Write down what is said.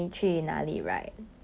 um ya